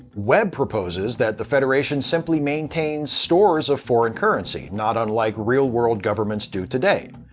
webb proposes that the federation simply maintains stores of foreign currency, not unlike real-world governments do today.